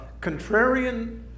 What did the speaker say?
contrarian